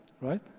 right